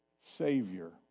Savior